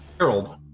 Harold